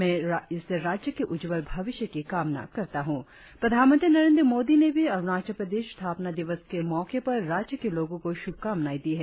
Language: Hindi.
में इस राज्य के उच्च्वल भविष्य की कामना करता हूँ प्रधानमंत्री नरेंद्र मोदी ने भी अरुणाचल प्रदेश स्थापना दिवस के मौके पर राज्य के लोगों को श्रभकामनाए दी है